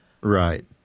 Right